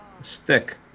Stick